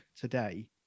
today